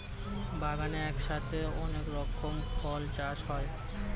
বাগানে একসাথে অনেক রকমের ফল চাষ হয়